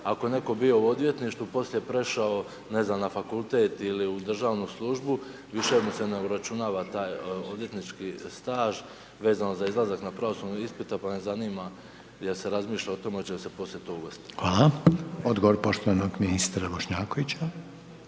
ako je netko bio u odvjetništvu, poslije je prešao, ne znam, na fakultet ili u državnu službu, više mu se ne uračunava taj odvjetnički staž vezano za izlazak na pravosudni ispit, pa me zanima jel se razmišlja o tome hoće li se poslije to uvesti. **Reiner, Željko (HDZ)** Hvala. Odgovor poštovanog ministra Bošnjakovića.